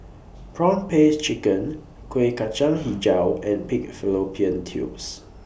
Prawn Paste Chicken Kueh Kacang Hijau and Pig Fallopian Tubes